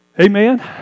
Amen